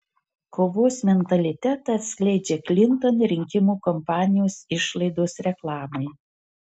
kovos mentalitetą atskleidžia klinton rinkimų kampanijos išlaidos reklamai